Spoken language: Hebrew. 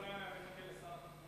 סליחה, אדוני